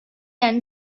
and